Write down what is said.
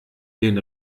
den